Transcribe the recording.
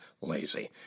lazy